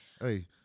Hey